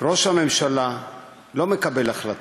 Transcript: ראש הממשלה לא מקבל החלטות.